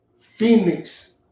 Phoenix